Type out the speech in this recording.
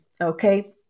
okay